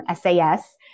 SAS